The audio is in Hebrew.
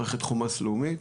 מערכת חומ"ס לאומית.